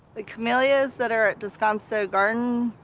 the camellias that are at descanso gardens, and